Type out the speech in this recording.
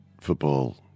football